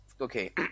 Okay